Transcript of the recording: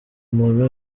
muntu